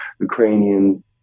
Ukrainian